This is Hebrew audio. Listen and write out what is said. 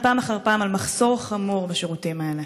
פעם אחר פעם על מחסור חמור בשירותים האלה.